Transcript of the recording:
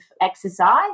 exercise